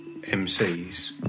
MCs